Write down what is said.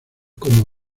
como